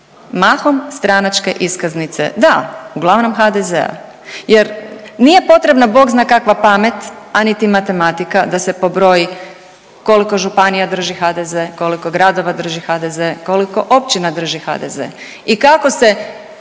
Mahom stranačke iskaznice. Da, uglavnom HDZ-a, jer, nije potrebna Bog zna kakva pamet, a niti matematika da se pobroji koliko županija drži HDZ, koliko gradova drži HDZ, koliko općina drži HDZ i kako se